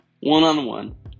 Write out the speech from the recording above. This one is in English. one-on-one